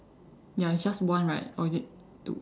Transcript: ya it's just one right or is it two